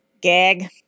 Gag